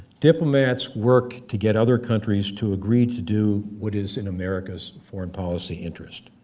diplomats work to get other countries to agree to do what is in america's foreign policy interest.